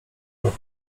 roku